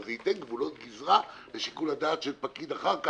אבל זה ייתן גבולות גזרה לשיקול הדעת של פקיד אחר כך,